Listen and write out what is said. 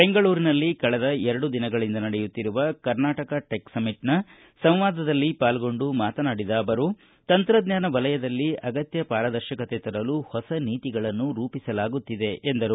ಬೆಂಗಳೂರಿನಲ್ಲಿ ಕಳೆದ ಎರಡು ದಿನಗಳಿಂದ ನಡೆಯುತ್ತಿರುವ ಕರ್ನಾಟಕ ಟೆಕ್ ಸಮ್ಮಿಟ್ನ ಸಂವಾದದಲ್ಲಿ ಪಾಲ್ಗೊಂಡು ಮಾತನಾಡಿದ ಅವರು ತಂತ್ರಜ್ಞಾನ ವಲಯದಲ್ಲಿ ಅಗತ್ಯ ಪಾರದರ್ಶಕತೆ ತರಲು ಹೊಸ ನೀತಿಗಳನ್ನು ರೂಪಿಸಲಾಗುತ್ತಿದೆ ಎಂದರು